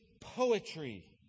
poetry